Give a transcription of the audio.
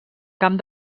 camp